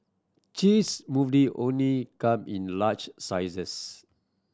cheese only come in large sizes